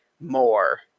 more